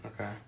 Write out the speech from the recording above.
Okay